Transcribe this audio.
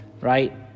right